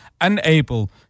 unable